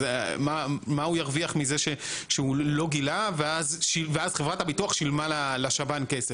אז מה הוא ירוויח מזה שהוא לא גילה ואז חברת הביטוח שילמה לשב"ן כסף?